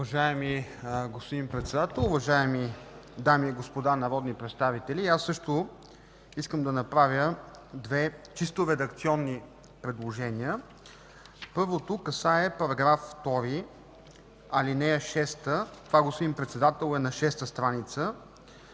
Уважаеми господин Председател, уважаеми дами и господа народни представители! Аз също искам да направя две чисто редакционни предложения. Първото касае § 2, ал. 6. Господин Председател, това е на стр.